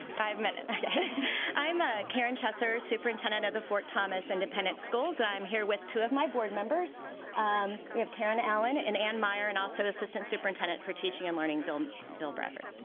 five minutes i'm a karen chesser superintendent of the fort thomas independent schools i'm here with two of my board members um we have karen allen and anne meyer and also the assistant superintendent for teaching and learning bill bill brevard